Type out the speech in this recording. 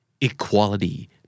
equality